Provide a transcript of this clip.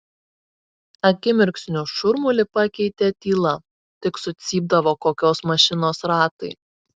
akimirksniu šurmulį pakeitė tyla tik sucypdavo kokios mašinos ratai